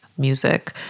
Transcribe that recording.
music